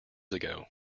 ago